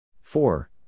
four